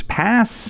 pass